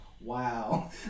Wow